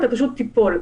אתה פשוט תיפול.